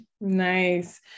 Nice